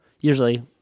usually